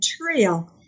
material